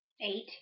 eight